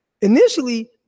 Initially